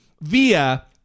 via